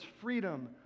freedom